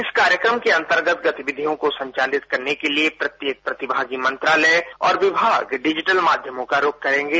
इस कार्यक्रम के अंतर्गत गतिविधियों को संचालित करने के लिए प्रत्येक प्रतिभागी मंत्रालय और विभाग डिजिटल माध्यमों का रूख करेंगे